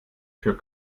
für